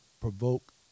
provoke